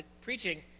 preaching